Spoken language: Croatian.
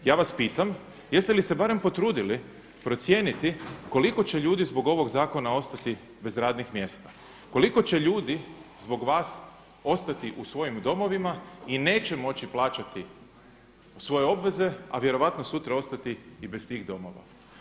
Ja vas pitam, jeste li se barem potrudili procijeniti koliko će ljudi zbog ovog zakona ostati bez radnih mjesta, koliko će ljudi zbog vas ostati u svojim domovima i neće moći plaćati svoje obveze, a vjerojatno sutra ostati i bez tih domova?